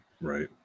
right